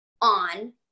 on